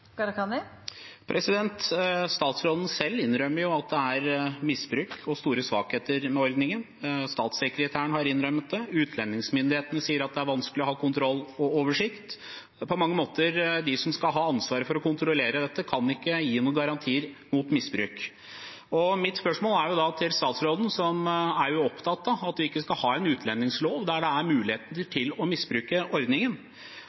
Statsråden innrømmer jo selv at det er misbruk av og store svakheter med ordningen. Statssekretæren har innrømmet det, og utlendingsmyndighetene sier at det er vanskelig å ha kontroll og oversikt. På mange måter kan ikke de som skal ha ansvaret for å kontrollere dette, gi noen garantier mot misbruk. Mitt spørsmål til statsråden, som jo er opptatt av at vi ikke skal ha en utlendingslov der det er mulighet til å misbruke ordningen,